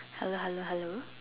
hello hello hello